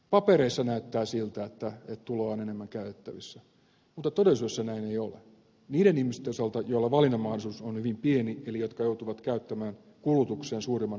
papereissa näyttää siltä että tuloa on enemmän käytettävissä mutta todellisuudessa näin ei ole niiden ihmisten osalta joilla valinnan mahdollisuus on hyvin pieni eli jotka joutuvat käyttämään kulutukseen suurimman osan tuloista